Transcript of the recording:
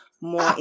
more